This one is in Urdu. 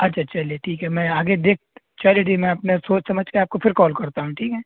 اچھا چلیے ٹھیک ہے میں آگے دیکھ چلیے ٹھیک میں اپنے سوچ سمجھ کے آپ کو پھر کال کرتا ہوں ٹھیک ہے